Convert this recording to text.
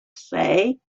say